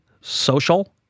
social